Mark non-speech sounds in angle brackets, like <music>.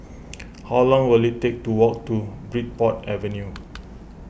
<noise> how long will it take to walk to Bridport Avenue